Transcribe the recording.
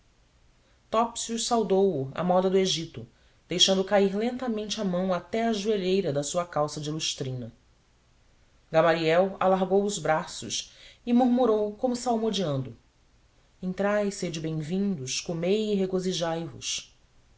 topsius saudou o à moda do egito deixando cair lentamente a mão até à joalheira da sua calça de lustrina gamaliel alargou os braços e murmurou como salmodiando entrai sede bem vindos comei e regozijai vos